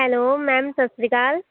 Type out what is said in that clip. hello ma'am ਸਤਿ ਸ਼੍ਰੀ ਅਕਾਲ